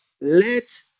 let